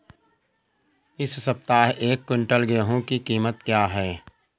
इस सप्ताह एक क्विंटल गेहूँ की कीमत क्या है?